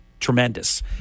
Tremendous